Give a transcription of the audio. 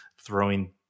throwing